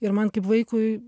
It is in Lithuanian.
ir man kaip vaikui